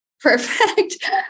Perfect